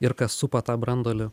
ir kas supa tą branduolį